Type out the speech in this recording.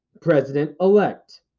president-elect